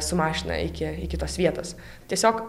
su mašina iki iki tos vietos tiesiog